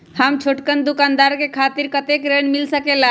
हम छोटकन दुकानदार के खातीर कतेक ऋण मिल सकेला?